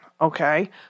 Okay